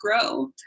grow